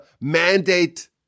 mandate